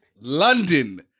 London